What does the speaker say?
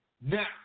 Now